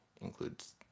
includes